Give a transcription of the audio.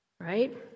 Right